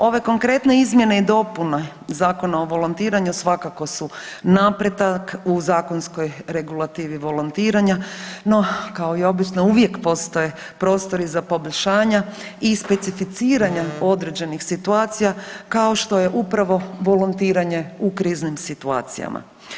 Ove konkretne izmjene i dopune Zakona o volontiranju svakako su napredak u zakonskoj regulativi volontiranja, no kao i obično uvijek postoje prostori za poboljšanja i specificiranja određenih situacija kao što je upravo volontiranje u kriznim situacijama.